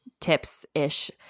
tips-ish